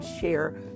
share